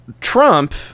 Trump